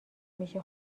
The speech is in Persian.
میشه